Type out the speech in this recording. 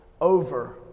over